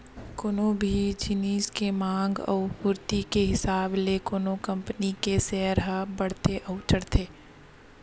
कोनो भी जिनिस के मांग अउ पूरति के हिसाब ले कोनो कंपनी के सेयर ह बड़थे अउ चढ़थे